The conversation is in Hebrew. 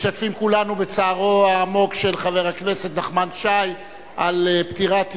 משתתפים כולנו בצערו העמוק של חבר הכנסת נחמן שי על פטירת אמו,